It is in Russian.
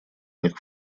них